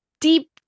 deep